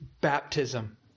baptism